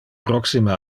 proxime